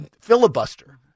filibuster